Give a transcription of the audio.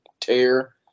tear